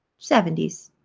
seventy s.